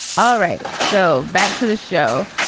all right. so back to the show.